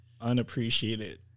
unappreciated